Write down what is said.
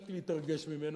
הפסקתי להתרגש ממנו.